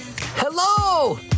Hello